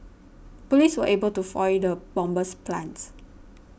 police were able to foil the bomber's plans